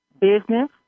business